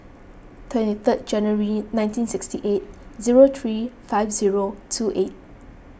twenty third January nineteen sixty eight zero three five zero two eight